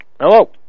Hello